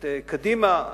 את קדימה,